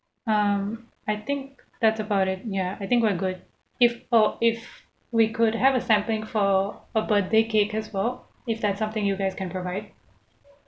um I think that's about it ya I think we're good if or if we could have a sampling for a birthday cake as well if that's something you guys can provide